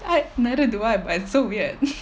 neither do I but it's so weird